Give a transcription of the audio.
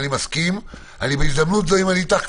אבל אני לא הולך להשתמש במבנים או